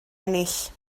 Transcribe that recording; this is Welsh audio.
ennill